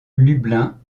lublin